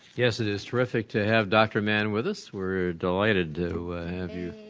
yes, it is terrific to have dr. mann with us. we're delighted to have your